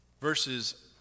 verses